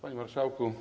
Panie Marszałku!